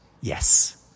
Yes